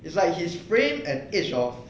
it's like he's frame an age of